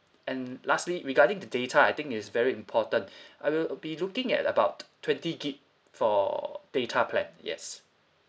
and lastly regarding the data I think is very important I will be looking at about twenty gig for data plan yes